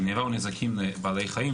גניבה או נזקים לבעלי חיים,